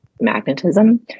magnetism